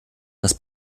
das